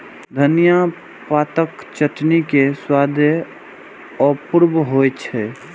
धनियाक पातक चटनी के स्वादे अपूर्व होइ छै